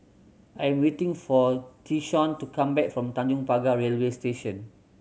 I am waiting for Tyshawn to come back from Tanjong Pagar Railway Station